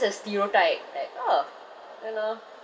the stereotype like orh you know